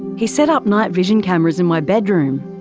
he set up night-vision cameras in my bedroom.